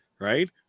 Right